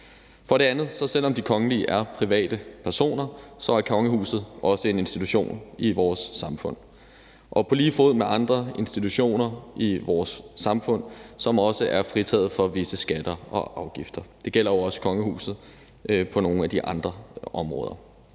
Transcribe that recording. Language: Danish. For det andet: Selv om de kongelige er private personer, er kongehuset også en institution i vores samfund og på lige fod med andre institutioner i vores samfund, som også er fritaget for visse skatter og afgifter. Det gælder jo også kongehuset på nogle af de andre områder.